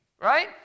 Right